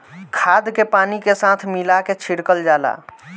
खाद के पानी के साथ मिला के छिड़कल जाला